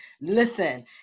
Listen